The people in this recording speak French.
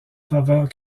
faveur